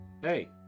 Hey